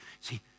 see